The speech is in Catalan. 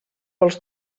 pels